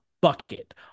bucket